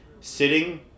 sitting